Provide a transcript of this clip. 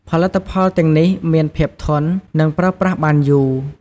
ផលិតផលទាំងនេះមានភាពធន់ និងប្រើប្រាស់បានយូរ។